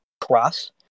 cross